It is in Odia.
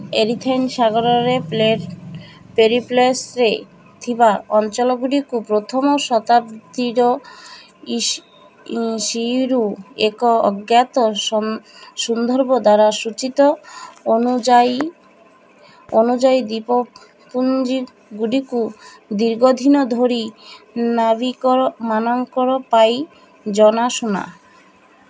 ଏରିଥ୍ରାଏନ୍ ସାଗରରେ ପେରିପ୍ଲସରେ ଥିବା ଅଞ୍ଚଳ ଗୁଡ଼ିକୁ ପ୍ରଥମ ଶତାବ୍ଦୀର ସିଇରୁ ଏକ ଅଜ୍ଞାତ ସୁନ୍ଦର୍ଭ ଦ୍ୱାରା ସୂଚିତ ଅନୁଯାୟୀ ଦ୍ୱୀପପୁଞ୍ଜ ଗୁଡ଼ିକ ଦୀର୍ଘ ଦିନ ଧରି ନାବିକ ମାନଙ୍କର ପାଇଁ ଜଣାଶୁଣା